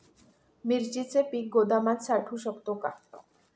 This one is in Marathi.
मिरचीचे पीक गोदामात साठवू शकतो का?